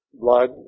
Blood